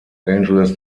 angeles